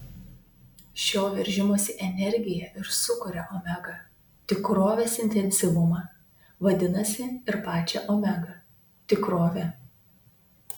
šio veržimosi energija ir sukuria omega tikrovės intensyvumą vadinasi ir pačią omega tikrovę